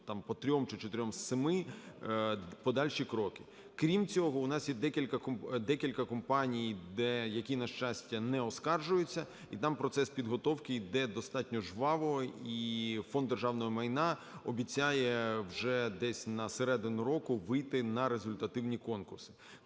з семи, подальші кроки. Крім цього, у нас є декілька компаній, які, на щастя, не оскаржуються. І там процес підготовки йде достатньо жваво. І Фонд державного майна обіцяє вже десь на середину року вийти на результативний конкурс.